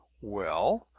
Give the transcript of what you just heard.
well,